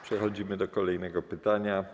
Przechodzimy do kolejnego pytania.